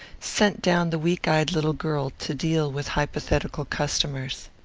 sent down the weak-eyed little girl to deal with hypothetical customers.